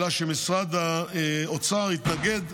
אלא שמשרד האוצר התנגד,